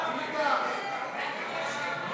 ההצעה להעביר לוועדה את הצעת חוק התקשורת (בזק ושידורים) (תיקון,